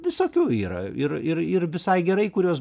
visokių yra ir ir ir visai gerai kurios